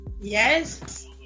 Yes